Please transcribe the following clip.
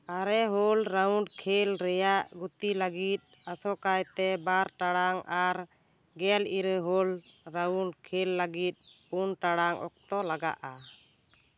ᱟᱨᱮ whole round ᱠᱷᱮᱞ ᱨᱮᱭᱟᱜ ᱜᱚᱛᱤ ᱞᱟᱹᱜᱤᱫ ᱟᱥᱚᱠᱟᱭᱛᱮ ᱵᱟᱨ ᱴᱟᱲᱟᱝ ᱟᱨ ᱜᱮᱞ ᱤᱨᱟᱹᱞ ᱦᱳᱞ ᱨᱟᱣᱩᱱᱰ ᱠᱷᱮᱞ ᱞᱟᱜᱤᱫ ᱯᱩᱱ ᱴᱟᱲᱟᱝ ᱚᱠᱛᱚ ᱞᱟᱜᱟᱜᱼᱟ